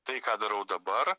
tai ką darau dabar